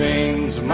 Sings